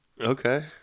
Okay